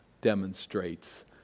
demonstrates